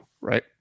right